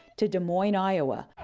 to des moines, iowa.